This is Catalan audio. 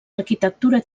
arquitectura